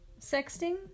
Sexting